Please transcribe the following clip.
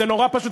זה נורא פשוט.